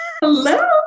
Hello